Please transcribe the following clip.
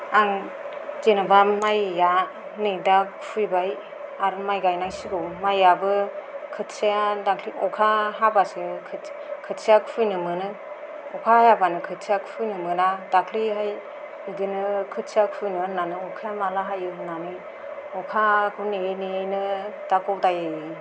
आं जेन'बा माइआ नै दा खुबैबाय आरो माइ गायनाय सिगौ माइआबो खोथियाया दाख्लै अखा हाब्लासो खोथिया खुबैनो मोनो अखा हायाब्लानो खोथिया खुबैनो मोना दाख्लैहाय बिदिनो खोथिया खुबैनो होननानै अखाया माला हायो होननानै अखाखौ नेयै नेयैनो दा गदाय